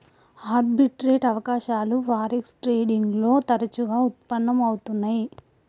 arbitrage అవకాశాలు forex trading లో తరచుగా వుత్పన్నం అవుతున్నై